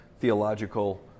theological